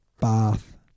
Bath